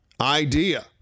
idea